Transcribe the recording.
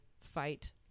fight